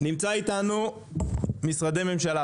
בואו נשמע את משרדי הממשלה.